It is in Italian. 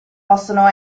possono